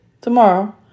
tomorrow